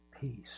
peace